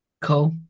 Cool